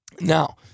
Now